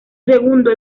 segundo